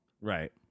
right